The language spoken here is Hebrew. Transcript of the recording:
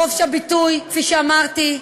חופש הביטוי, כפי שאמרתי,